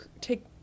take